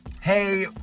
hey